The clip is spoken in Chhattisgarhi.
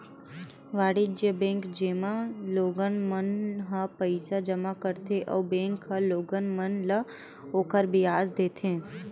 वाणिज्य बेंक, जेमा लोगन मन ह पईसा जमा करथे अउ बेंक ह लोगन मन ल ओखर बियाज देथे